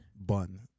Bun